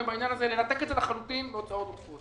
בנושא הזה ולנתק את זה לחלוטין מהוצאות קבועות.